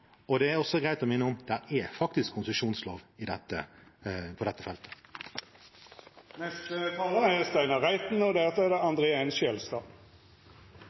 Og det er også greit å minne om: Det er faktisk konsesjonslov på dette feltet. Jeg leser Bibelen, og hva fanden gjør, er